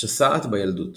שסעת בילדות